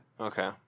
Okay